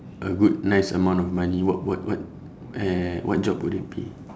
a good nice amount of money what what what uh what job would it be